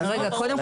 רגע, קודם כל